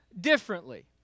differently